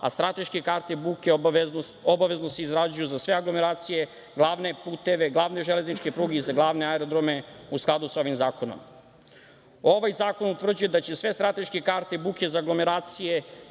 a strateške karte buke obavezno se izrađuju za sve aglomeracije, glavne puteve, glavne železničke pruge i za glavne aerodrome, u skladu sa ovim zakonom. Ovaj zakon utvrđuje da će sve strateške karte buke za aglomeracije